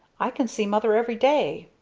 i can see mother every day.